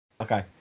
Okay